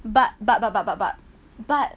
but but but but but but but